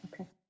Okay